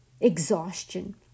exhaustion